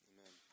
Amen